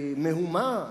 מהומה?